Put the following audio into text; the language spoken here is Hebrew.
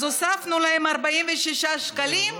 אז הוספנו להם 46 שקלים,